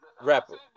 rapper